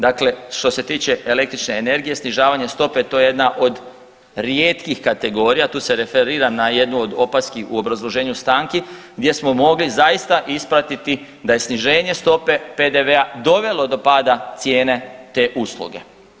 Dakle, što se tiče električne energije snižavanje stope, to je jedna od rijetkih kategorija, tu se referiram na jednu od opaski u obrazloženju stanki gdje smo mogli zaista ispratiti da je sniženje stope PDV-a dovelo do pada cijene te usluge.